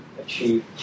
achieve